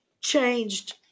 changed